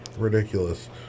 Ridiculous